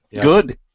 Good